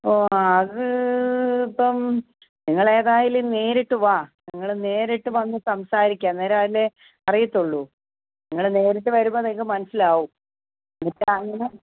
ഓ ആ അത് ഇപ്പം നിങ്ങൾ ഏതായാലും നേരിട്ട് വാ നിങ്ങൾ നേരിട്ട് വന്ന് സംസാരിക്കാം അന്നേരമല്ലേ അറിയുള്ളൂ നിങ്ങൾ നേരിട്ട് വരുമ്പോൾ നിങ്ങൾക്ക് മനസ്സിലാകും ഇതിപ്പോൾ അങ്ങനെ